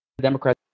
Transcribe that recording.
Democrats